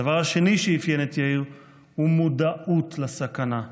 הדבר השני שאפיין את יאיר הוא מודעות לסכנה.